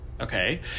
Okay